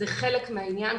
זה חלק מהעניין,